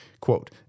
quote